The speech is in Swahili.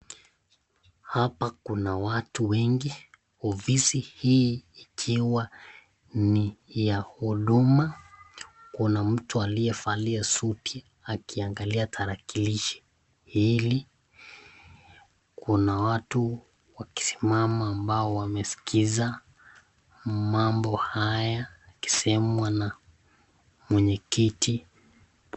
Hapa kuna watu wengi. Ofisi hii ikiwa ni ya huduma. Kuna mtu aliyevalia suti akiangalia tarakilishi hili. Kuna watu wakisimama ambao wameskiza mambo haya yakisemwa na mwenyekiti.